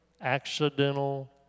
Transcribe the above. accidental